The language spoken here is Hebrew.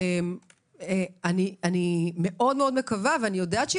אני מאוד מקווה ויודעת,